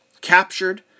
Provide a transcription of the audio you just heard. captured